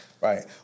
Right